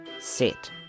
sit